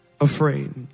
afraid